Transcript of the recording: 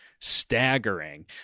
staggering